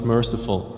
Merciful